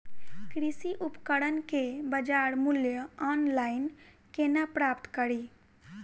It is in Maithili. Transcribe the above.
कृषि उपकरण केँ बजार मूल्य ऑनलाइन केना प्राप्त कड़ी?